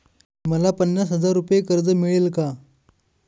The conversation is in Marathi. मला पन्नास हजार रुपये कर्ज मिळेल का?